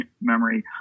memory